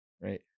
Right